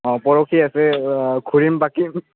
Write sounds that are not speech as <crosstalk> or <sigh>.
অঁ পৰহি আছে <unintelligible>